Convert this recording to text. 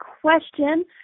question